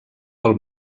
pel